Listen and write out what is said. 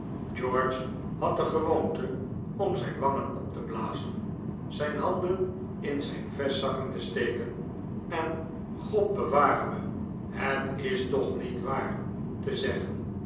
george had de gewoonte om zijn wangen op te blazen zijn handen in zijn vestjeszakken te steken en god beware me het is toch niet waar te zeggen